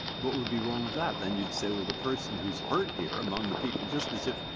but would be wrong with that? then you'd say, well, the person who's hurt here among the people just as if,